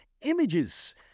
images